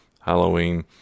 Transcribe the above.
Halloween